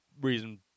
Reason